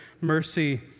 mercy